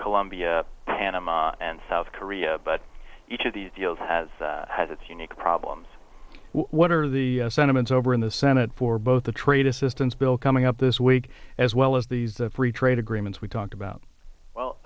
colombia panama and south korea but each of these deals has has its unique problems what are the sentiments over in the senate for both the trade assistance bill coming up this week as well as these free trade agreements we talked about